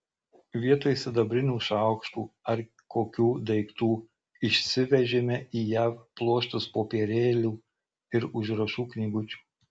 vietoj sidabrinių šaukštų ar kokių daiktų išsivežėme į jav pluoštus popierėlių ir užrašų knygučių